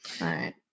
Right